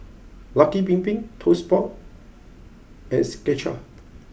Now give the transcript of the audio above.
Lucky Bin Bin Toast Box and Skechers